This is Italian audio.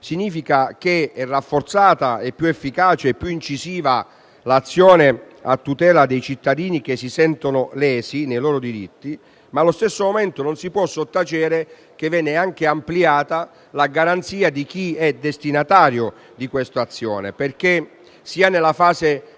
significa che è rafforzata, più efficace e più incisiva l'azione a tutela dei cittadini che si sentono lesi nei loro diritti: allo stesso tempo, però non si può sottacere che viene anche ampliata la garanzia di chi è destinatario dell'azione. Infatti, sia nella fase